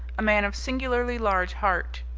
a man of singularly large heart.